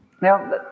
Now